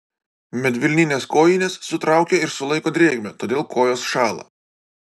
medvilninės kojinės sutraukia ir sulaiko drėgmę todėl kojos šąla